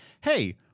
hey